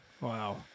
Wow